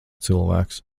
cilvēks